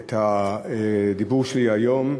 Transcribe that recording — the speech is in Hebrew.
את הדיבור שלי היום.